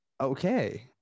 Okay